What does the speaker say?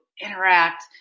interact